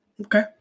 Okay